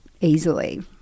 easily